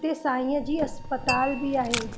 हिते साईंअ जी इस्पतालि बि आहे